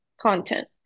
content